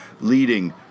leading